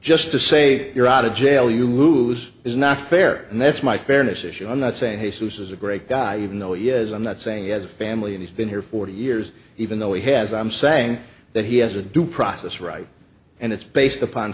just to say you're out of jail you lose is not fair and that's my fairness issue i'm not saying hey seuss's a great guy even though yes i'm not saying he has a family and he's been here forty years even though he has i'm saying that he has a due process right and it's based upon